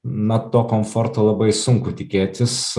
na to komforto labai sunku tikėtis